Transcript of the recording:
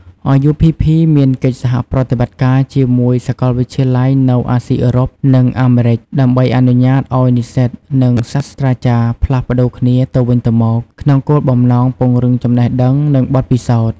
RUPP មានកិច្ចសហប្រតិបត្តិការជាមួយសាកលវិទ្យាល័យនៅអាស៊ី អឺរ៉ុប និងអាមេរិក ដើម្បីអនុញ្ញាតឱ្យនិស្សិត និងសាស្ត្រាចារ្យផ្លាស់ប្តូរគ្នាទៅវិញទៅមក ក្នុងគោលបំណងពង្រឹងចំណេះដឹង និងបទពិសោធន៍។